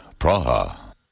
Praha